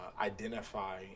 identify